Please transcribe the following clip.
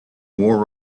more